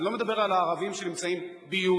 אני לא מדבר על הערבים שנמצאים ביהודה,